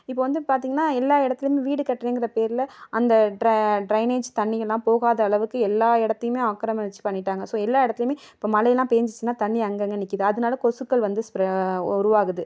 இப்போ வந்து பார்த்திங்கன்னா எல்லா இடத்துலையுமே வீடு கட்டுறேங்குற பேரில் அந்த ட்ர ட்ரைனேஜ் தண்ணிகள்லாம் போகாத அளவுக்கு எல்லா இடத்தையுமே ஆக்கிரமிச் பண்ணிவிட்டாங்க ஸோ எல்லா இடத்துலையுமே இப்போ மழைலாம் பேஞ்சிச்சுனா தண்ணி அங்கே அங்கே நிற்கிது அதனால கொசுக்கள் வந்து ஸ்ப்ர உருவாகுது